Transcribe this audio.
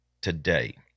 today